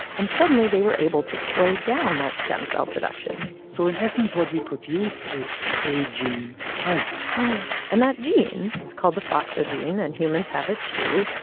and suddenly, they were able to slow down that stem cell production so in essence, what we produced is aging hydra and that gene, it's called the foxo gene. and humans have it, too.